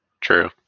True